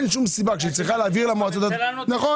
כי בחינוך הממשלה נותנת